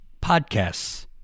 podcasts